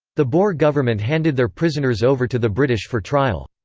the boer government handed their prisoners over to the british for trial.